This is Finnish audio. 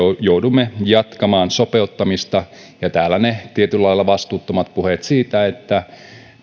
joudumme jatkamaan sopeuttamista ja ne tietyllä lailla vastuuttomat puheet siitä että